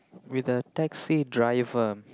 with a taxi driver